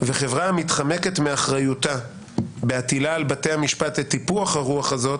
וחברה המתחמקת מאחריותה בהטילה על בתי המשפט את טיפוח הרוח הזאת,